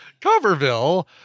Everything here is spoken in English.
Coverville